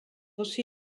aussi